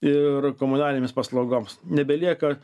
ir komunalinėms paslaugoms nebelieka